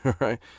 right